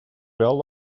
wel